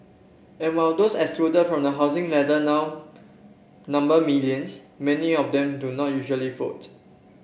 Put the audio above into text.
and while those excluded from the housing ladder now number millions many of them do not usually vote